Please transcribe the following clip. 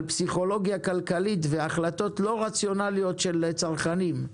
פסיכולוגיה כלכלית והחלטות לא רציונליות של צרכנים,